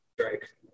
strike